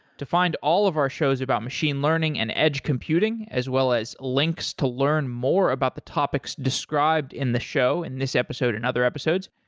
to find all of our shows about machine learning and edge computing as well as links to learn more about the topics described in the show in this episode and other episodes,